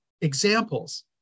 examples